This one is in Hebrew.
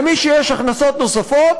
מי שיש לו הכנסות נוספות,